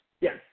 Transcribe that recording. Yes